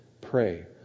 Pray